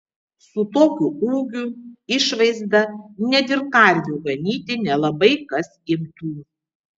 su tokiu ūgiu išvaizda net ir karvių ganyti nelabai kas imtų